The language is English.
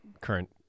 current